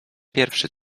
pierwszy